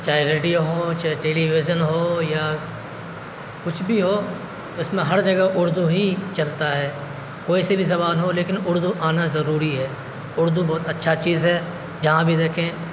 چاہے ریڈیو ہوں چاہے ٹیلیویژن ہو یا کچھ بھی ہو اس میں ہر جگہ اردو ہی چلتا ہے کوئی سے بھی زبان ہو لیکن اردو آنا ضروری ہے اردو بہت اچھا چیز ہے جہاں بھی دیکھیں